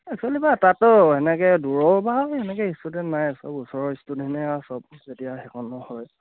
actually বাৰু তাততো এনেকৈ দূৰৰ বাৰু তেনেকৈ ষ্টুডেণ্ট নাই সব ওচৰৰ ষ্টুডেণ্টেই আৰু সব যেতিয়া সেইখনো হয়